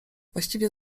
właściwie